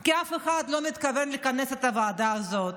כי אף אחד לא מתכוון לכנס את הוועדה הזאת.